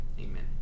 Amen